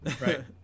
Right